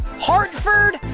Hartford